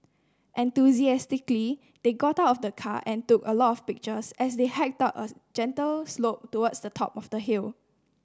enthusiastically they got out of the car and took a lot of pictures as they hiked up a gentle slope towards the top of the hill